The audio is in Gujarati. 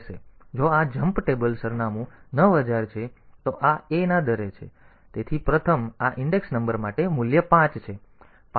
તેથી જો આ જમ્પ ટેબલ સરનામું 9000 છે તો આ a ના દરે છે તેથી પ્રથમ આ ઇન્ડેક્સ નંબર માટે મૂલ્ય 5 છે